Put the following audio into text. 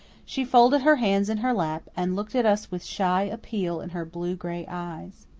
she folded her hands in her lap, and looked at us with shy appeal in her blue-gray eyes.